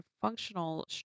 functional